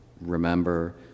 remember